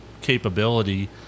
capability